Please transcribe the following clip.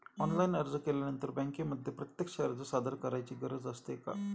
Online अर्ज केल्यानंतर बँकेमध्ये प्रत्यक्ष अर्ज सादर करायची गरज असते का?